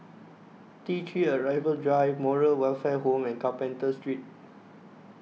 T three Arrival Drive Moral Welfare Home and Carpenter Street